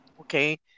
Okay